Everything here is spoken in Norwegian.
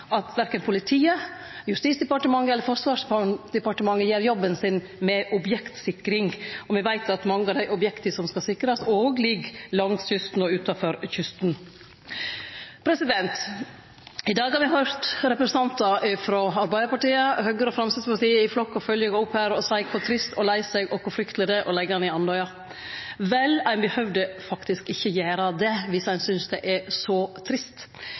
at korkje politiet, Justis- og beredskapsdepartementet eller Forsvarsdepartementet gjer jobben sin når det gjeld objektsikring, og me veit at mange av dei objekta som skal sikrast, òg ligg langs kysten og utanfor kysten. I dag har me høyrt representantar frå Arbeidarpartiet, Høgre og Framstegspartiet i flokk og følgje gå opp her og seie kor triste og leie seg dei er, og kor frykteleg det er å leggje ned Andøya flystasjon. Vel, ein behøvde faktisk ikkje gjere det, dersom ein synest det er så trist.